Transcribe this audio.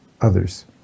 others